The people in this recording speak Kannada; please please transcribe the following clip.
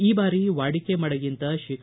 ಈ ಬಾರಿ ವಾಡಿಕೆ ಮಳೆಗಿಂತ ಶೇ